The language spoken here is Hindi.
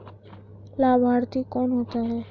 लाभार्थी कौन होता है?